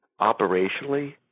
operationally